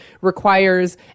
requires